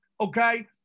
okay